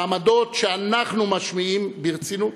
לעמדות שאנחנו משמיעים, ברצינות,